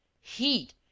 Heat